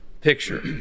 picture